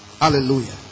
Hallelujah